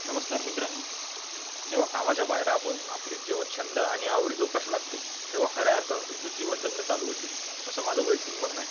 नमस्कार मित्रांनो जेव्हा कामाच्या बाहेर आपण आपले जेव्हा छंद आणि आवडी जोपास लागतो तेव्हा खऱ्या अर्थाने तुमचं जीवन जगणं चालू होते असं माझं वैयक्तिक म्हणणं आहे